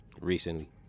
Recently